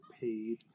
paid